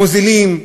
מוזילים,